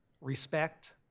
respect